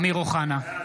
(קורא בשמות חברי הכנסת) אמיר אוחנה,